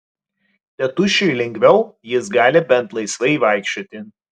tėtušiui lengviau jis gali bent laisvai vaikščioti